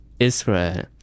Israel